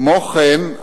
כמו כן,